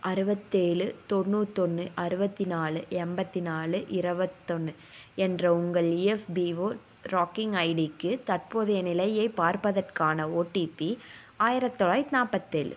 அறுபத்தேழு தொண்ணூத்தொன்னு அறுபத்தி நாலு எண்பத்தி நாலு இருபத்தொன்னு என்ற உங்கள் இஎஃப்பிஓ ட்ராக்கிங் ஐடிக்கு தற்போதைய நிலையை பார்ப்பதற்கான ஓடிபி ஆயிரத்தொள்ளாயிரத்தி நாற்பத்தேழு